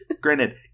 Granted